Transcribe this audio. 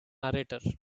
narrator